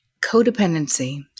Codependency